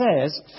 says